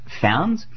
found